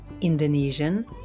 Indonesian